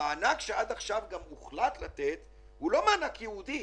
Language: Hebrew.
המענק שעד עכשיו גם הוחלט לתת הוא לא מענק ייעודי,